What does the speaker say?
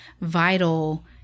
vital